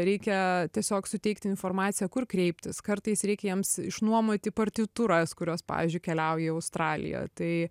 reikia tiesiog suteikti informaciją kur kreiptis kartais reikia jiems išnuomoti partitūras kurios pavyzdžiui keliauja į australiją tai